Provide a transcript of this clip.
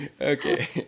okay